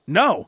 no